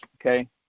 okay